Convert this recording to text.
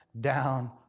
down